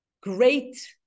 great